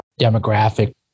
demographic